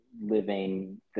living